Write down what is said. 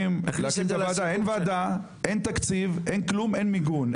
אין ועדה, אין תקציב, אין כלום, אין מיגון.